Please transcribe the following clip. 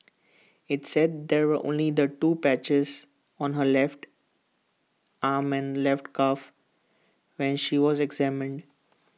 IT said there were only the two patches on her left arm and left calf when she was examined